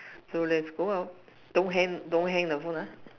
so let's go out don't hang don't hang the phone ah